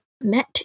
met